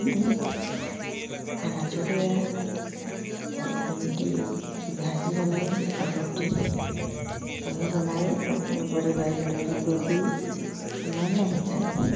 धीरे धीरे खाना छूट गया तो भिंडी की भाजी बनाई और रोटी वही बनाई और अपने बड़ी वाली लड़की को दी मैं नहीं खाई